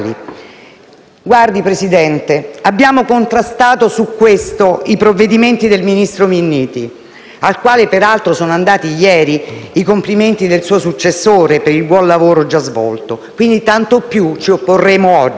Guardi, signor Presidente, abbiamo contrastato su questo i provvedimenti del ministro Minniti, al quale, peraltro, sono andati ieri i complimenti del suo successore per il buon lavoro già svolto. Tanto più, quindi, ci opporremo oggi.